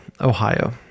Ohio